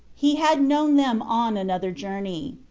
he had known them on another journey.